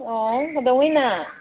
ꯑꯣ ꯀꯩꯗꯧꯉꯩꯅ